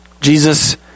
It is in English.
Jesus